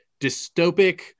dystopic